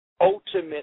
ultimate